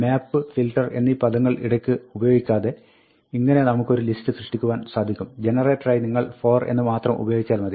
map filter എന്നീ പദങ്ങൾ ഇടയ്ക്ക് ഉപയോഗിക്കാതെ ഇങ്ങിനെ നമുക്ക് ഒരു ലിസ്റ്റ് സൃഷ്ടിക്കുവാൻ സാധിക്കും ജനറേറ്ററായി നിങ്ങൾ for എന്ന് മാത്രം ഉപയോഗിച്ചാൽ മതി